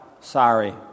sorry